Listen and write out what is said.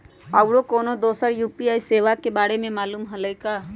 रउरा कोनो दोसर यू.पी.आई सेवा के बारे मे मालुम हए का?